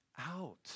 out